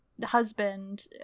husband